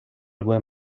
due